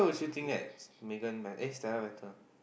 still think that Megan be~ eh Stella better